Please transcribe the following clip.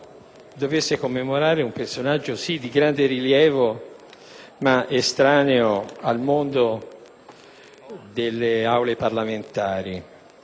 dovesse commemorare un personaggio sì di grande rilievo, ma estraneo al mondo delle Aule parlamentari.